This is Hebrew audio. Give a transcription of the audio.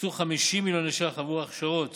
הוקצו 50 מיליוני ש"ח עבור הכשרות